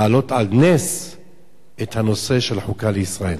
להעלות על נס את הנושא של חוקה לישראל.